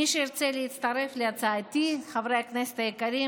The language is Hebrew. מי שירצה להצטרף להצעתי מחברי הכנסת היקרים,